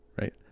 right